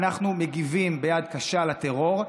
אנחנו מגיבים ביד קשה לטרור,